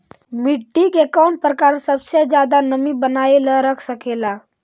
मिट्टी के कौन प्रकार सबसे जादा नमी बनाएल रख सकेला?